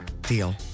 deal